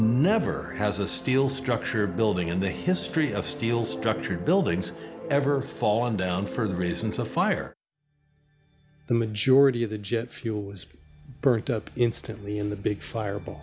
never has a steel structure building in the history of steel structured buildings ever fallen down for the reasons of fire the majority of the jet fuel was burnt up instantly in the big fireball